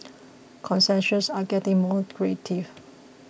concessions are getting more creative